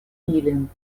ilin